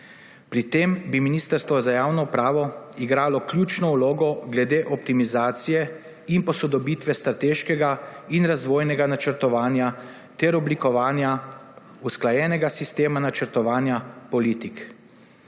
Pri tem bi Ministrstvo za javno upravo igralo ključno vlogo glede optimizacije in posodobitve strateškega in razvojnega načrtovanja ter oblikovanja usklajenega sistema načrtovanja politik.